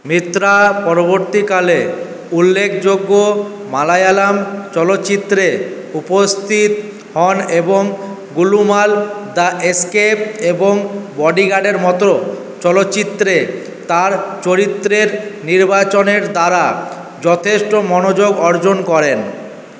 মিত্রা পরবর্তীকালে উল্লেখযোগ্য মালায়ালাম চলচ্চিত্রে উপস্থিত হন এবং গোলমাল দ্য এস্কেপ এবং বডিগার্ডের মতো চলচ্চিত্রে তার চরিত্রের নির্বাচনের দ্বারা যথেষ্ট মনোযোগ অর্জন করেন